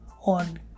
on